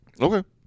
Okay